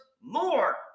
more